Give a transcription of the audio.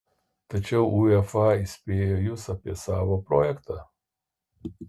tačiau uefa įspėjo jus apie savo projektą